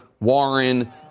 Warren